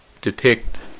depict